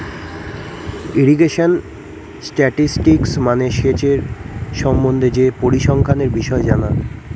irrigation statistics মানে সেচের সম্বন্ধে যে পরিসংখ্যানের বিষয় জানা